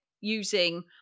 using